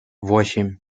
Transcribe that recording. восемь